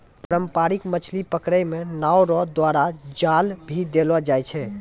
पारंपरिक मछली पकड़ै मे नांव रो द्वारा जाल भी देलो जाय छै